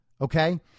Okay